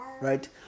Right